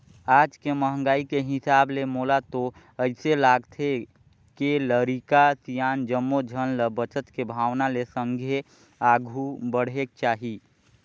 आज के महंगाई के हिसाब ले मोला तो अइसे लागथे के लरिका, सियान जम्मो झन ल बचत के भावना ले संघे आघु बढ़ेक चाही